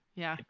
yeah.